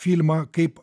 filmą kaip